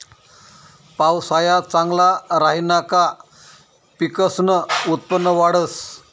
पावसाया चांगला राहिना का पिकसनं उत्पन्न वाढंस